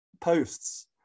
posts